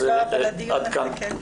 זה לא הדיון הזה.